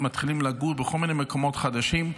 מתחילים לגור בכל מיני מקומות חדשים,